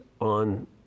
on